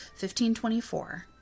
1524